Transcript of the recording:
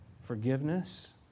forgiveness